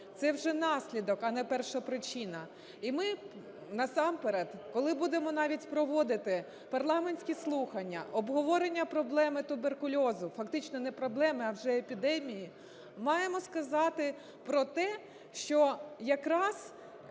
це вже наслідок, а не першопричина. І ми, насамперед, коли будемо навіть проводити парламентські слухання, обговорення проблеми туберкульозу, фактично не проблеми, а вже епідемії, маємо сказати про те, що якраз